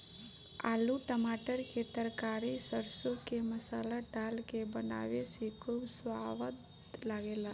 आलू टमाटर के तरकारी सरसों के मसाला डाल के बनावे से खूब सवाद लागेला